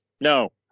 No